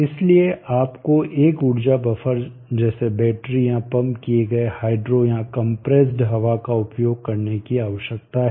इसलिए आपको एक ऊर्जा बफर जैसे बैटरी या पंप किए गए हाइड्रो या कंप्रेस्ड हवा का उपयोग करने की आवश्यकता है